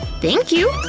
thank you!